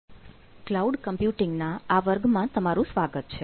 cloud computing ના આ વર્ગમાં તમારું સ્વાગત છે